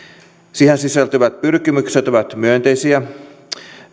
siihen sisältyvät pyrkimykset ovat myönteisiä